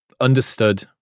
understood